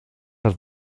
hat